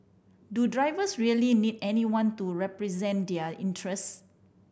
do drivers really need anyone to represent their interest